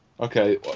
Okay